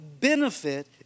benefit